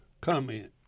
comment